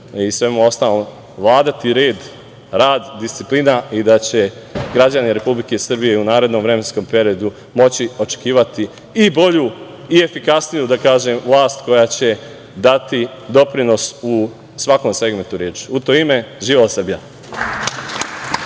i svemu ostalom vladati red, rad, disciplina i da će građani Republike Srbije i u narednom vremenskom periodu moći očekivati i bolju i efikasniju, da kažem, vlast koja će dati doprinos u svakom segmentu reči. U to ime živela Srbija.